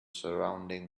surrounding